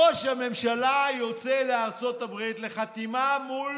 ראש הממשלה יוצא לארצות הברית לחתימה מול